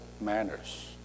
manners